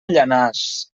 llanars